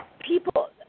people